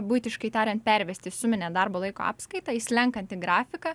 buitiškai tariant pervesti į suminę darbo laiko apskaitą į slenkantį grafiką